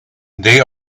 they